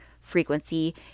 frequency